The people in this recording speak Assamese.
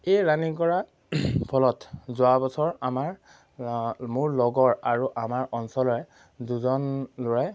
এই ৰানিং কৰা ফলত যোৱা বছৰ আমাৰ মোৰ লগৰ আৰু আমাৰ অঞ্চলৰে দুজন ল'ৰাই